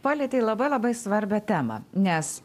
palietei labai labai svarbią temą nes